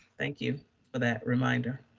thank you for that reminder.